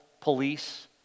police